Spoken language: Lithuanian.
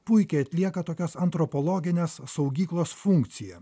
puikiai atlieka tokias antropologines saugyklos funkciją